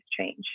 change